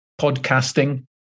podcasting